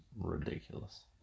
ridiculous